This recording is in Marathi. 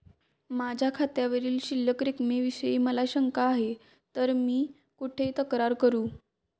माझ्या खात्यावरील शिल्लक रकमेविषयी मला शंका आहे तर मी कुठे तक्रार करू?